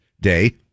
day